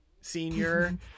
senior